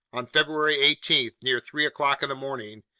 on february eighteen, near three o'clock in the morning,